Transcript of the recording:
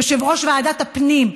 יושב-ראש ועדת הפנים,